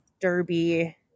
derby